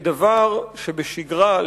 כדבר שבשגרה,